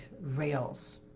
rails